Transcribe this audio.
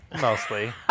Mostly